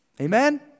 Amen